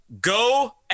go